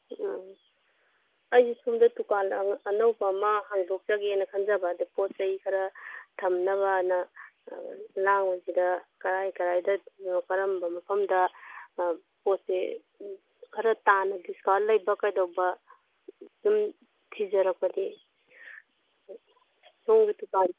ꯑꯥ ꯑꯩꯁꯦ ꯁꯣꯝꯗ ꯗꯨꯀꯥꯟ ꯑꯅꯧꯕ ꯑꯃ ꯍꯥꯡꯗꯣꯛꯆꯒꯦꯅ ꯑꯗ ꯄꯣꯠ ꯆꯩ ꯈꯔ ꯊꯝꯅꯕꯅ ꯂꯥꯡꯕꯁꯤꯗ ꯀꯗꯥꯏ ꯀꯗꯥꯏꯗꯅꯣ ꯀꯔꯝꯕ ꯃꯐꯝꯗ ꯄꯣꯠꯁꯦ ꯈꯔ ꯇꯥꯅ ꯗꯤꯁꯀꯥꯎꯟ ꯂꯩꯕ ꯀꯩꯗꯧꯕ ꯁꯨꯝ ꯊꯤꯖꯔꯛꯄꯅꯤ ꯁꯣꯝꯒꯤ ꯗꯨꯀꯥꯟ